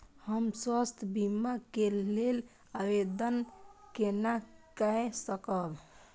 हम स्वास्थ्य बीमा के लेल आवेदन केना कै सकब?